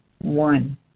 One